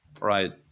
right